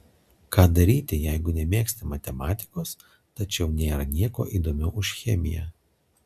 ką daryti jeigu nemėgsti matematikos tačiau nėra nieko įdomiau už chemiją